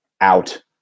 out